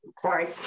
Sorry